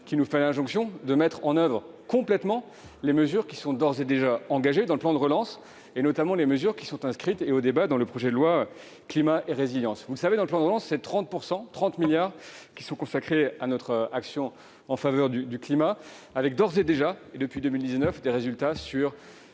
fait simplement injonction de mettre en oeuvre complètement les mesures qui sont d'ores et déjà engagées dans le cadre du plan de relance, et notamment les mesures inscrites dans le cadre du projet de loi Climat et résilience. Vous le savez, dans le plan de relance, 30 milliards d'euros sont consacrés à notre action en faveur du climat, avec, d'ores et déjà, depuis 2019, des résultats dans